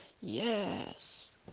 yes